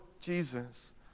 Jesus